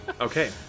Okay